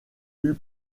eût